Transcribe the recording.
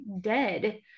dead